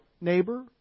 neighbor